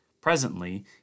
Presently